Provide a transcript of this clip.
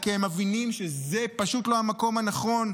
כי הם מבינים שזה פשוט לא המקום הנכון,